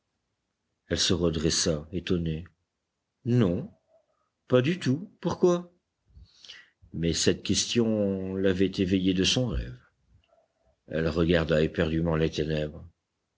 elle se redressa étonnée non pas du tout pourquoi mais cette question l'avait éveillée de son rêve elle regarda éperdument les ténèbres